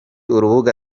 urubuga